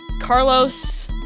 Carlos